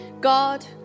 God